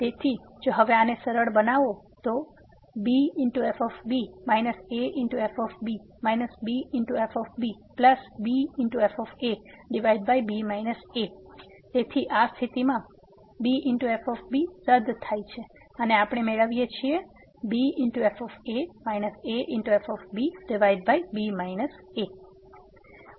તેથી જો હવે આને સરળ બનાવો તો b f b a f b b f bb f ab a તેથી આ સ્થિતિમાં આ b f રદ થાય છે અને આપણે મેળવીએ છીએ b f a a f bb a